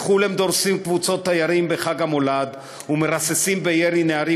בחו"ל הם דורסים קבוצות תיירים בחג המולד ומרססים בירי נערים